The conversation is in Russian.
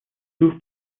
дух